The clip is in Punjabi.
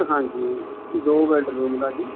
ਹਾਂਜੀ ਦੋ ਬੈਡਰੂਮ ਦਾ ਜੀ